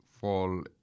fall